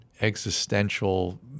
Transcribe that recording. existential